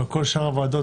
אדוני היושב-ראש,